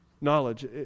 Knowledge